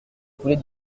poulet